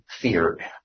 feared